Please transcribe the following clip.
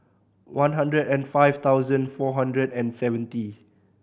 one hundred and five thousand four hundred and seventy